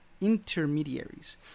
intermediaries